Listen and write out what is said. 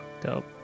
Dope